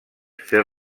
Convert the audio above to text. fer